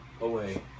away